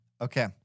Okay